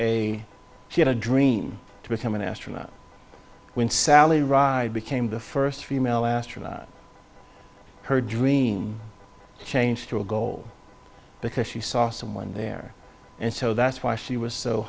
a she had a dream to become an astronaut when sally ride became the first female astronaut her dream changed to a goal because she saw someone there and so that's why she was so